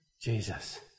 Jesus